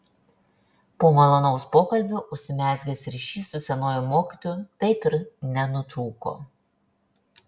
po malonaus pokalbio užsimezgęs ryšys su senuoju mokytoju taip ir nenutrūko